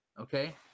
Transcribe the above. Okay